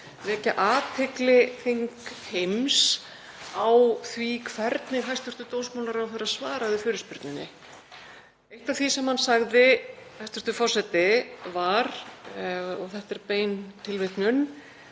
vekja athygli þingheims á því hvernig hæstv. dómsmálaráðherra svaraði fyrirspurninni. Eitt af því sem hann sagði, hæstv. forseti, var, og þetta er bein tilvitnun: